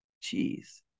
cheese